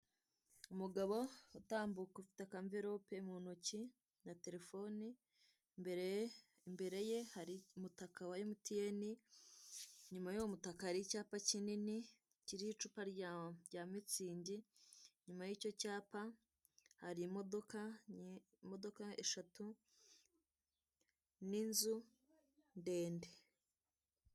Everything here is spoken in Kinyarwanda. Umugabo utambuka ufite akamvirope mu ntoki na telephone, imbere ye, imbere ye hari umutaka wa emutiyene inyuma yuwo mutaka hari icyapa kinini kiriho icupa rya mitsingi, inyuma yicyo cyapa hari imodoka imodoka eshatu ni nzu ndende.